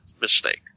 mistake